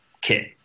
kit